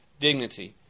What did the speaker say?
dignity